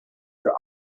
their